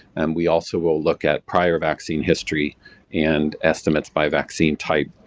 and we also will look at prior vaccine history and estimates by vaccine type.